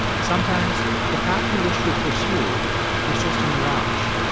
sometimes the path you wish you'd pursued is just a mirage.